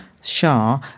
Shah